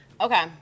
Okay